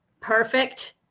perfect